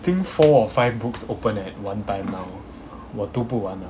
think four or five books open at one time now 我读不完的